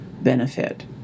benefit